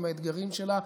עם האתגרים שלה,